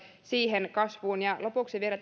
siihen kasvuun lopuksi vielä